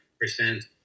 percent